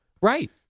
Right